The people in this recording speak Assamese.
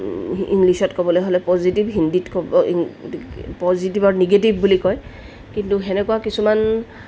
ইংলিছত ক'বলৈ হ'লে পজিটিভ হিন্দীত ক'ব এইটো পজিটিভ আৰু নিগেটিভ বুলি কয় কিন্তু সেনেকুৱা কিছুমান